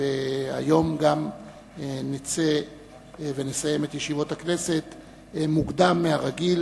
והיום גם נצא ונסיים את ישיבות הכנסת מוקדם מהרגיל,